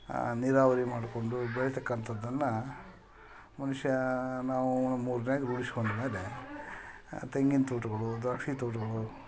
ನೀರಾವರಿ ಮಾಡಿಕೊಂಡು ಬೆಳಿತಕ್ಕಂತದ್ದನ್ನು ಮನುಷ್ಯ ನಾವು ರೂಡಿಸ್ಕೊಂಡ ಮೇಲೆ ತೆಂಗಿನ ತೋಟಗಳು ದ್ರಾಕ್ಷಿ ತೋಟಗಳು